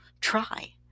try